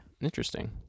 Interesting